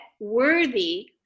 worthy